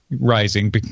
rising